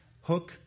hook